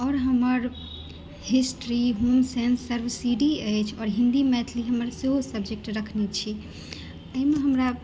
आओर हमर history home science subsidiary अछि आओर हिंदी मैथिलि हमसेहो सब्जेक्ट रखने छी एहिमे हमरा